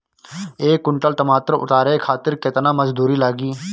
एक कुंटल टमाटर उतारे खातिर केतना मजदूरी लागी?